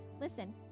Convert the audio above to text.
Listen